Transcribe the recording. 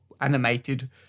animated